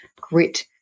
grit